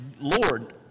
Lord